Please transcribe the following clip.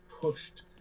pushed